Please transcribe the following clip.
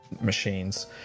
machines